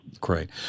great